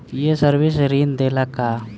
ये सर्विस ऋण देला का?